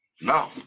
No